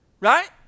Right